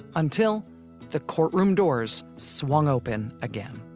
until the courtroom doors swung open again